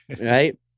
Right